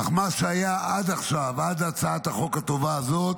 אך מה שהיה עד עכשיו, עד הצעת החוק הטובה הזאת,